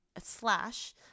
slash